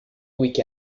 week